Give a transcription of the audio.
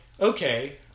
okay